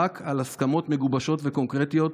רק על הסכמות מגובשות וקונקרטיות,